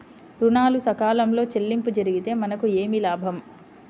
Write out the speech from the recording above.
ఋణాలు సకాలంలో చెల్లింపు జరిగితే మనకు ఏమి లాభం?